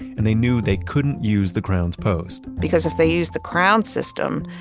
and they knew they couldn't use the crown's post because if they use the crown system,